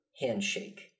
handshake